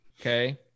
Okay